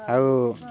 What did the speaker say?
ଆଉ